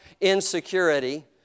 insecurity